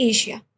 Asia